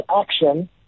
action